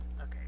okay